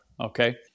okay